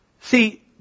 See